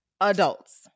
adults